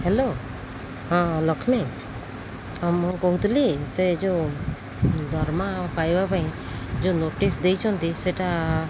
hello ହଁ ଲକ୍ଷ୍ମୀ ହଁ ମୁଁ କହୁଥିଲି ସେ ଯେଉଁ ଦରମା ପାଇବା ପାଇଁ ଯେଉଁ ନୋଟିସ୍ ଦେଇଛନ୍ତି ସେଇଟା